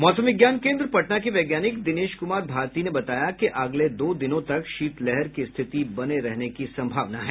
मौसम विज्ञान केन्द्र पटना के वैज्ञानिक दिनेश कुमार भारती ने बताया है कि अगले दो दिनों तक शीतलहर की स्थिति बने रहने की सम्भावना है